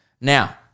Now